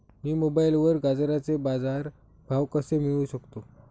मी मोबाईलवर गाजराचे बाजार भाव कसे मिळवू शकतो?